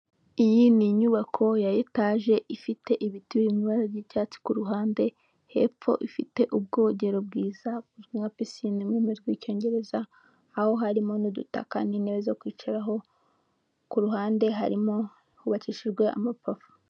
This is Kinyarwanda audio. Iyi ni inyubako ya etaje ifite ibiti biri mu ibara by'cyatsi ku ruhande, hepfo ifite ubwogero bwiza nka pisine mu rurimi rw'icyongereza, aho harimo n'udutaka n'intebe zo kwicaraho, ku ruhande harimo hubakishijwe amapave.